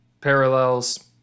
parallels